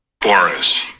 Boris